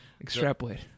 Extrapolate